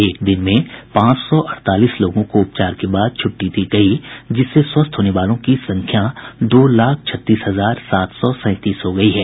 एक दिन में पांच सौ अड़तालीस लोगों को उपचार के बाद छुट्टी दी गयी जिससे स्वस्थ होने वालों की संख्या दो लाख छत्तीस हजार सात सौ सैंतीस हो गयी है